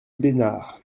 besnard